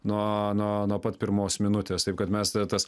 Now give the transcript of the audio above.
nuo nuo nuo pat pirmos minutės taip kad mes ta tas